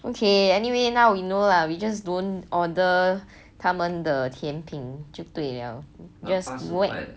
okay anyway now we know lah we just don't order 他们的甜品就对了 just whack